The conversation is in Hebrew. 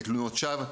תלונות שווא.